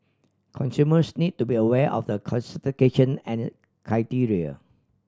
consumers need to be aware of the certification and criteria